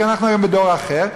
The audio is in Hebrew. כי אנחנו היום בדור אחר,